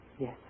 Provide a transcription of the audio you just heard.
Yes